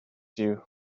you